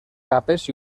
capes